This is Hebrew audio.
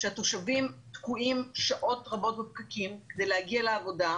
שהתושבים תקועים שעות רבות בפקקים כדי להגיע לעבודה,